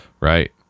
right